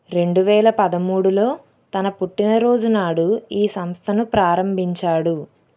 రెండువేల పదమూడులో తన పుట్టినరోజు నాడు ఈ సంస్థను ప్రారంభించాడు